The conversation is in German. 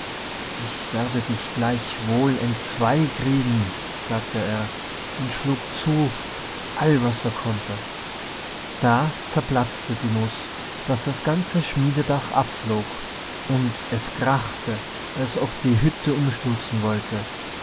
ich werde dich gleichwohl entzwei kriegen sagte er und schlug zu all was er konnte da zerplatzte die nuß daß das ganze schmiededach abflog und es krachte als ob die hütte umstürzen wollte